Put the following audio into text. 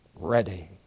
Ready